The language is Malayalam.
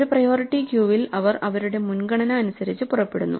ഒരു പ്രയോറിറ്റി ക്യൂവിൽ അവർ അവരുടെ മുൻഗണന അനുസരിച്ച് പുറപ്പെടുന്നു